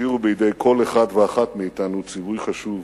הותירו בידי כל אחד ואחת מאתנו ציווי חשוב: